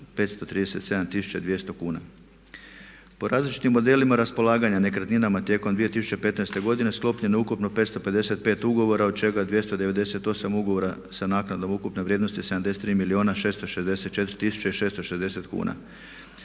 i 200 kuna. Po različitim modelima raspolaganja nekretninama tijekom 2015. godine sklopljeno je ukupno 555 ugovora, od čega 298 ugovora sa naknadom ukupne vrijednosti 73 milijuna